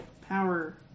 Power